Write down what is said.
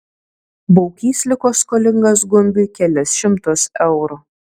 baukys liko skolingas gumbiui kelis šimtus eurų